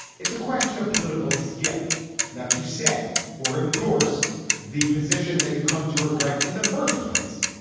it's a question of political skill not to say or endorse the position that you come to regret in the first place.